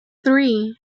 three